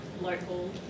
local